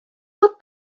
would